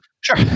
sure